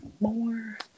more